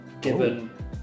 given